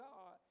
God